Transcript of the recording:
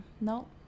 No